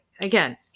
again